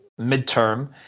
midterm